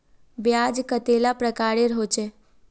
ब्याज कतेला प्रकारेर होचे?